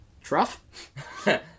Truff